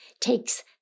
takes